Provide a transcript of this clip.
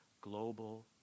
global